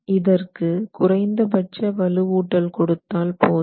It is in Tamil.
இதற்கு குறைந்தபட்ச வலுவூட்டல் கொடுத்தால் போதும்